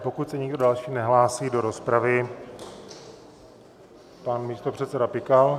Pokud se nikdo další nehlásí do rozpravy pan místopředseda Pikal.